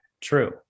True